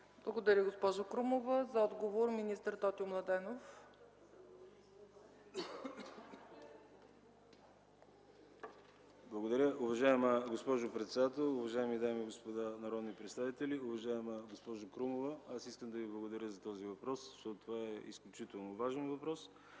Благодаря, госпожо Крумова. За отговор – министър Тотю Младенов. МИНИСТЪР ТОТЮ МЛАДЕНОВ: Благодаря, уважаема госпожо председател. Уважаеми дами и господа народни представители! Уважаема госпожо Крумова, искам да Ви благодаря за този въпрос, защото е изключително важен въпрос.